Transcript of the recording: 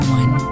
one